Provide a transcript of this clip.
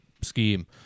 scheme